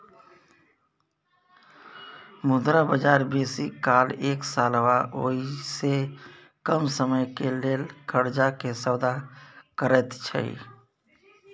मुद्रा बजार बेसी काल एक साल वा ओइसे कम समयक लेल कर्जा के सौदा करैत छै